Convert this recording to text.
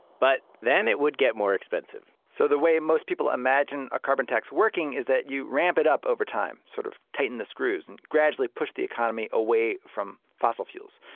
but then it would get more expensive so the way most people imagine a carbon tax working is that you ramp it up over time sort of tighten the screws and gradually push the economy away from fossil fuels.